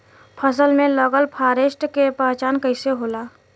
फसल में लगल फारेस्ट के पहचान कइसे होला?